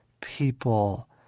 people